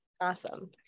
Awesome